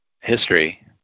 history